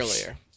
earlier